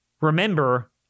remember